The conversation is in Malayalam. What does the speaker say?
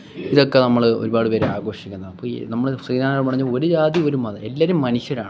ഇതക്കെ നമ്മള് ഒരുപാട് പേര് ആഘോഷിക്കുന്നതാണ് അപ്പോൾ ഈ നമ്മളെ ശ്രീനാരായണ പറഞ്ഞ ഒരു ജാതി ഒരു മതം എല്ലാവരും മനുഷ്യരാണ്